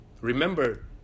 remember